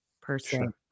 person